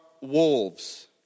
wolves